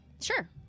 Sure